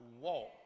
walk